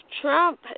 Trump